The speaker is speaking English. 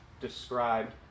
described